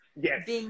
Yes